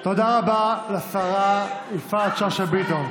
אבל יפעת, יפעת, תודה רבה לשרה יפעת שאשא ביטון.